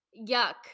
Yuck